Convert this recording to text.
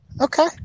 Okay